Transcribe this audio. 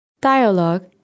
Dialogue